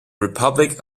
republic